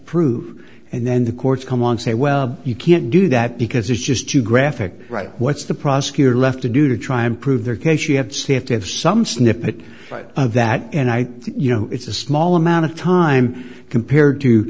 prove and then the courts come on say well you can't do that because it's just too graphic right what's the prosecutor left to do to try and prove their case you have to see have to have some snippet of that and i you know it's a small amount of time compared to